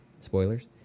Spoilers